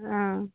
ஆ